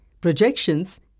projections